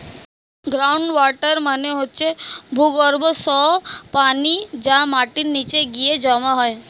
ground water মানে হচ্ছে ভূগর্ভস্থ পানি যা মাটির নিচে গিয়ে জমা হয়